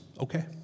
Okay